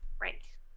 Right